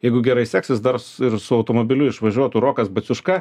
jeigu gerai seksis dar ir su automobiliu išvažiuotų rokas baciuška